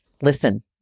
Listen